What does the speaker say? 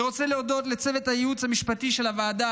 אני רוצה להודות לצוות הייעוץ המשפטי של הוועדה,